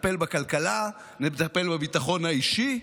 נטפל בכלכלה, נטפל בביטחון האישי.